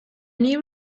new